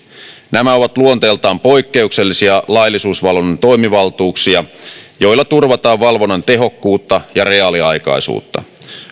nämä ovat luonteeltaan poikkeuksellisia laillisuusvalvonnan toimivaltuuksia joilla turvataan valvonnan tehokkuutta ja reaaliaikaisuutta